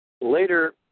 Later